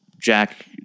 Jack